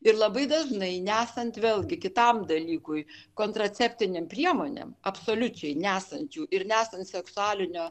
ir labai dažnai nesant vėlgi kitam dalykui kontraceptinėm priemonėm absoliučiai nesant jų ir nesant seksualinio